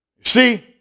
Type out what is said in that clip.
See